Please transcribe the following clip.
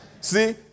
See